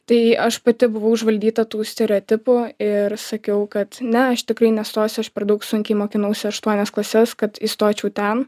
tai aš pati buvau užvaldyta tų stereotipų ir sakiau kad ne aš tikrai nestosiu aš per daug sunkiai mokinausi aštuonias klases kad įstočiau ten